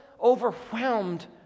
overwhelmed